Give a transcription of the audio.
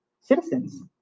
citizens